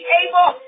able